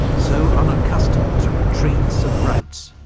so unaccustomed to retreats and routs,